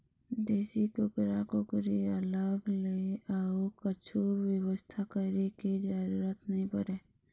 देसी कुकरा कुकरी अलग ले अउ कछु बेवस्था करे के जरूरत नइ परय